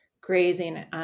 grazing